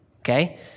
okay